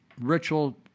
ritual